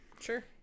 sure